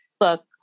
Look